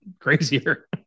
crazier